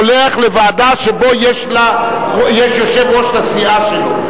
כל אחד שולח לוועדה שבה יש יושב-ראש לסיעה שלו.